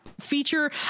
feature